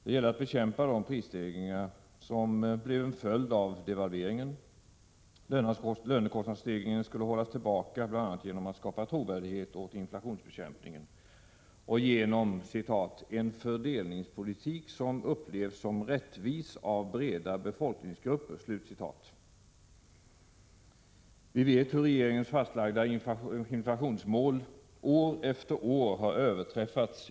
Det gällde att bekämpa de prisstegringar som blev en följd av devalveringen, och lönekostnadsstegringen skulle man hålla tillbaka bl.a. genom att skapa trovärdighet åt inflationsbekämpningen och genom ”en fördelningspolitik som upplevs som rättvis av breda befolkningsgrupper”. Vi vet hur regeringens fastlagda inflationsmål år efter år har, i negativ mening, överträffats.